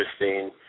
interesting